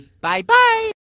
Bye-bye